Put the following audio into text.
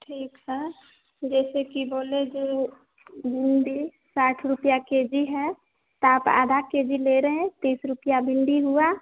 ठीक है जैसे कि बोले जो भिंडी साठ रुपये के जी है तो आप आधा के जी ले रहे हैं तीस रुपये भिंडी हुआ